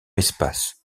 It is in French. espace